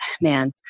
man